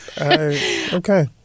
Okay